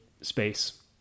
space